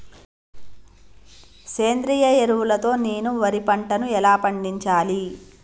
సేంద్రీయ ఎరువుల తో నేను వరి పంటను ఎలా పండించాలి?